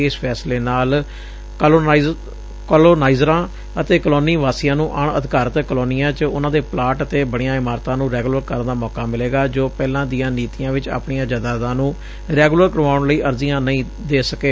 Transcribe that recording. ਇਸ ਫੈਸਲੇ ਨਾਲ ਕਾਲੋਨਾਈਜ਼ਰਾਂ ਅਤੇ ਕਾਲੋਨੀ ਵਾਸੀਆਂ ਨੂੰ ਅਣ ਅਧਿਕਾਰਤ ਕਾਲੋਨੀਆਂ ਚ ਉਨੁਾਂ ਦੇ ਪਲਾਟ ਅਤੇ ਬਣੀਆਂ ਇਮਾਰਤਾਂ ਨੂੰ ਰੈਗੁਲਰ ਕਰਨ ਦਾ ਮੌਕਾ ਮਿਲੇਗਾ ਜੋ ਪਹਿਲਾਂ ਦੀਆਂ ਨੀਤੀਆਂ ਵਿਚ ਆਪਣੀਆਂ ਜਾਇਦਾਦਾਂ ਨੂੰ ਰੈਗੂਲਰ ਕਰਵਾਉਣ ਲਈ ਅਰਜ਼ੀਆਂ ਨਹੀਂ ਦੇਣਗੇ